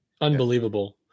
Unbelievable